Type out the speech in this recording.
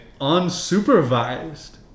unsupervised